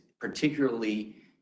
particularly